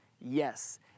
Yes